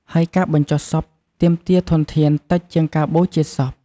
ហើយការបញ្ចុះសពទាមទារធនធានតិចជាងការបូជាសព។